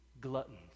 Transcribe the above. gluttons